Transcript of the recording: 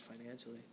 financially